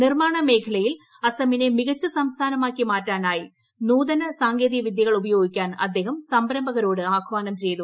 നിർമ്മാണ മേഖലയിൽ അസമിനെ മികച്ച സംസ്ഥാനമാക്കി മാറ്റാനായി നൂതന സാങ്കേതിക വിദ്യകൾ ഉപയോഗിക്കാൻ അദ്ദേഹം സംരംഭകരോട് ആഹ്വാനം ചെയ്തു